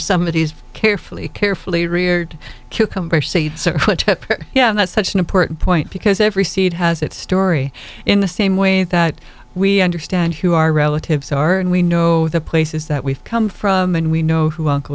some of these carefully carefully reared cucumber seeds yeah that's such an important point because every seed has its story in the same way that we understand who our relatives are and we know the places that we've come from and we know who